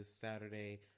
Saturday